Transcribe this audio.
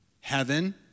Heaven